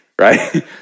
right